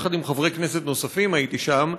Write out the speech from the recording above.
יחד עם חברי כנסת נוספים הייתי שם,